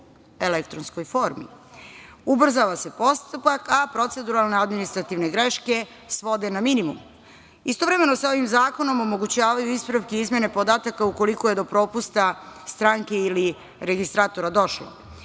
elektronskoj formi. Ubrzava se postupak, a proceduralne administrativne greške svode na minimum. Istovremeno sa ovim zakonom se omogućavaju ispravke, izmene podataka, ukoliko je do propusta stranke ili registratora došlo. Inače,